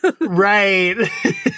Right